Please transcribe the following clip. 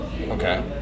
Okay